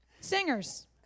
Singers